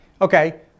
okay